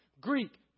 Greek